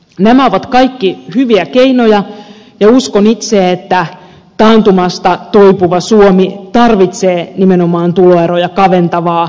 nämä ovat kaikki hyviä keinoja ja uskon itse että taantumasta toipuva suomi tarvitsee nimenomaan tuloeroja kaventavaa oikeudenmukaista politiikkaa